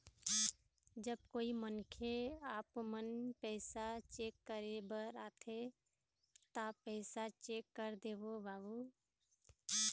जब कोई मनखे आपमन पैसा चेक करे बर आथे ता पैसा चेक कर देबो बाबू?